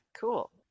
cool